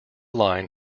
line